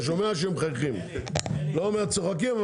אתה שומע שמחייכים אני לא אומר צוחקים,